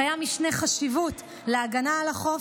קיים משנה חשיבות להגנה על החוף,